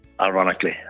Ironically